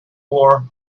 war